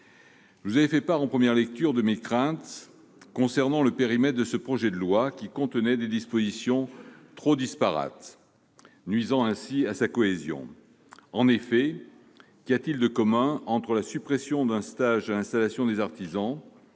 Je vous avais fait part, en première lecture, de mes craintes concernant le périmètre de ce projet de loi, lequel contenait à mon sens des dispositions trop disparates, au détriment de sa cohésion. Qu'y a-t-il de commun entre la suppression du stage à l'installation des artisans,